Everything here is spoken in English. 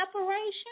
separation